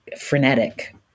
frenetic